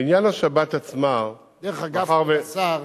לעניין השבת עצמה, דרך אגב, השר,